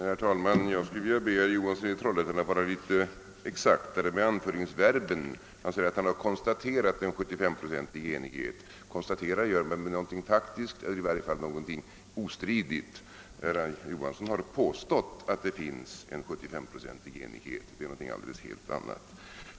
Herr talman! Jag skulle vilja be herr Johansson i Trollhättan att vara litet exaktare med anföringsverben. Han säger att han har konstaterat en 75-procentig enighet. Konstaterar gör man någonting faktiskt eller i varje fall någonting ostridigt. Herr Johansson har påstått att det finns en 75-procentig enighet, och det är någonting helt annat.